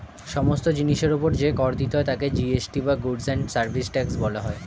সমস্ত জিনিসের উপর যে কর দিতে হয় তাকে জি.এস.টি বা গুডস্ অ্যান্ড সার্ভিসেস ট্যাক্স বলা হয়